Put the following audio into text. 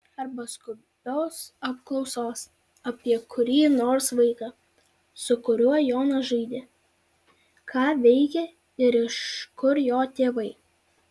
arba skubios apklausos apie kurį nors vaiką su kuriuo jonas žaidė ką veikia ir iš kur jo tėvai